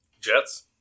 Jets